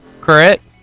correct